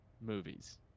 movies